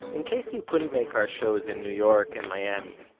in case you couldn't make our shows in new york and miami,